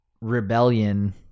rebellion